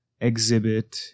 exhibit